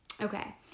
okay